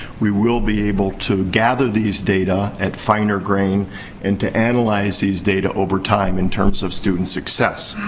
we will be able to gather these data at finer grain and to analyze these data over time in terms of student's success.